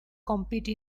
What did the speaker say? compete